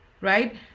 Right